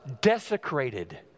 desecrated